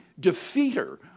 defeater